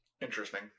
Interesting